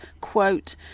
quote